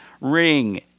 ring